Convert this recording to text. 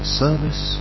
service